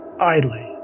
idly